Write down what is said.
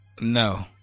No